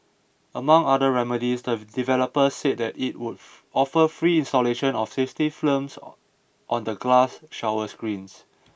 among other remedies the developer said that it would offer free installation of safety films on the glass shower screens